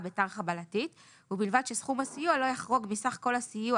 בתר-חבלתית ובלבד שסכום הסיוע לא יחרוג מסך כל הסיוע